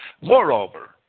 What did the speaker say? Moreover